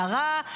הדרה,